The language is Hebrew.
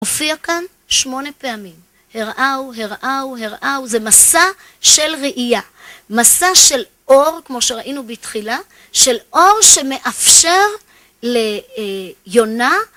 הופיע כאן שמונה פעמים, הראה הוא, הראה הוא, הראה הוא, זה מסע של ראייה, מסע של אור כמו שראינו בתחילה, של אור שמאפשר ליונה